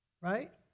right